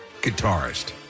Guitarist